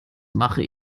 mache